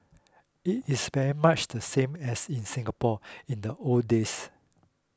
it is very much the same as in Singapore in the old days